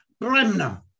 Bremner